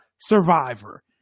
Survivor